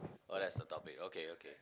oh that's the topic okay okay